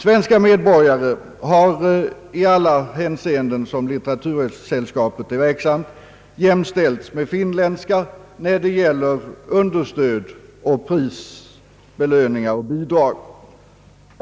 Svenska medborgare har i alla hänseenden där litteratursällskapet är verksamt jämställts med finländska när det gäller understöd, prisbelöningar och bidrag.